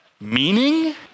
Meaning